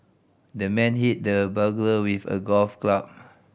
the man hit the burglar with a golf club